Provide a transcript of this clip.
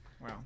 Wow